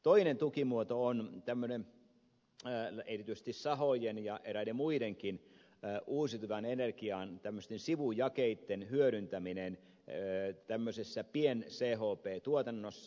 toinen tukimuoto on erityisesti sahojen ja eräiden muidenkin uusiutuvan energian sivujakeitten hyödyntäminen pienpuun chp tuotannossa